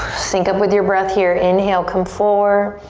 sync up with your breath here. inhale, come forward.